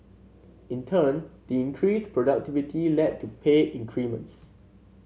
in turn the increased productivity led to pay increments